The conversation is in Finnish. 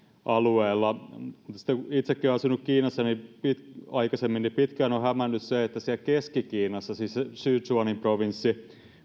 alueella kun itsekin olen asunut kiinassa aikaisemmin niin pitkään on on hämännyt se että siellä keski kiinassa siis sichuanin provinssissa